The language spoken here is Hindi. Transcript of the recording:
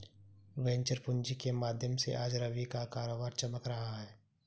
वेंचर पूँजी के माध्यम से आज रवि का कारोबार चमक रहा है